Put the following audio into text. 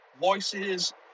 voices